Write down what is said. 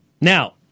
Now